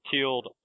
killed